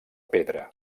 pedra